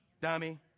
Dummy